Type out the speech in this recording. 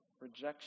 rejection